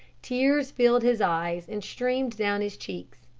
tears filled his eyes and streamed down his cheeks.